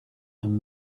and